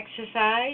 exercise